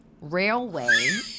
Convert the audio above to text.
railway